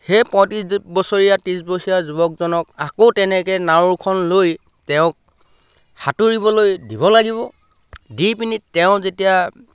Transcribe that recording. সেই পঁয়ত্ৰিছ বছৰীয়া ত্ৰিছ বছৰীয়া যুৱকজনক আকৌ তেনেকৈ নাওখন লৈ তেওঁক সাঁতোৰিবলৈ দিব লাগিব দি পিনি তেওঁ যেতিয়া